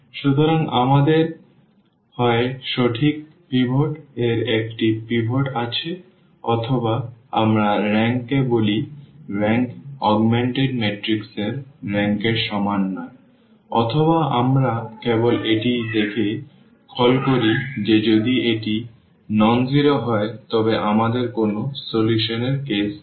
সুতরাং আমাদের হয় সঠিক পিভট এর একটি পিভট আছে অথবা আমরা রেংক কে বলি রেংক অগমেন্টেড ম্যাট্রিক্স এর রেংক এর সমান নয় অথবা আমরা কেবল এটি দেখে কল করি যে যদি এটি অ শূন্য হয় তবে আমাদের কোনও সমাধান এর কেস নেই